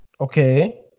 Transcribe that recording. Okay